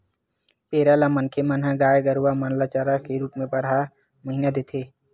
पेरा ल मनखे मन ह गाय गरुवा मन ल चारा के रुप म बारह महिना देथे